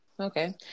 Okay